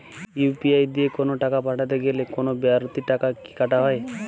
UPI দিয়ে কোন টাকা পাঠাতে গেলে কোন বারতি টাকা কি কাটা হয়?